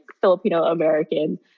Filipino-American